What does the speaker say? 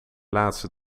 laatste